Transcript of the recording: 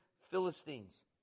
Philistines